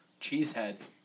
Cheeseheads